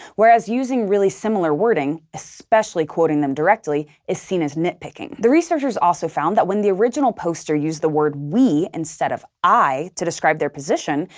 whereas using really similar wording especially quoting them directly is seen as nit-picking. the researchers also found that when the original poster used the word we instead of i to describe their position,